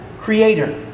creator